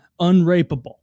unrapeable